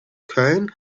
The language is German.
köln